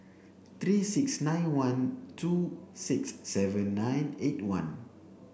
three six nine one two six seven nine eight one